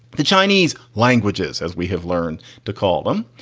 the chinese languages, as we have learned to call them.